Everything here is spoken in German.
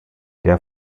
der